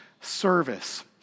service